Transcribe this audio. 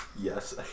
Yes